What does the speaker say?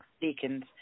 deacons